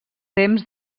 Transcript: temps